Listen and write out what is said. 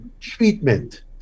treatment